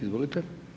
Izvolite.